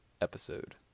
episode